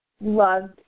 loved